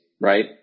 right